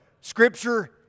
Scripture